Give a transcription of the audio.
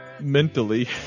mentally